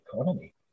economy